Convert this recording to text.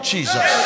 Jesus